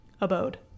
abode